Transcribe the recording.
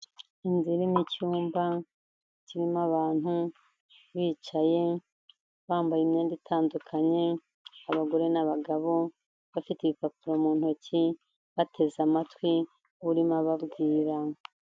Inzu irimo icyumba kirimo abantu bicaye, bambaye imyenda itandukanye, abagore n'abagabo bafite ibipapuro mu ntoki, bateze amatwi urimo ababwira.